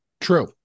True